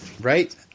Right